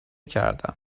کردم